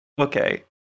Okay